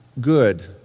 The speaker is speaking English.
good